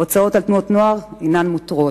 הוצאות על תנועות נוער הן מותרות.